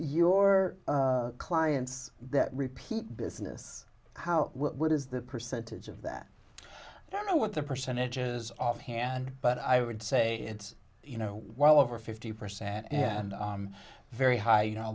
your clients that repeat business how what is the percentage of that i don't know what the percentages offhand but i would say it's you know while over fifty percent and very high you know a